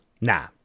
Nah